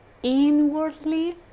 inwardly